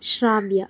ಶ್ರಾವ್ಯ